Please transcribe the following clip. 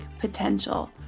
potential